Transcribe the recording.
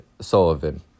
Sullivan